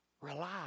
Rely